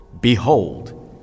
Behold